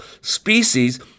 species